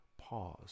Pause